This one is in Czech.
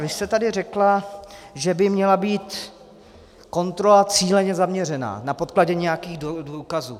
Vy jste tady řekla, že by měla být kontrola cíleně zaměřená, na podkladě nějakých důkazů.